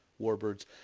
warbirds